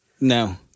No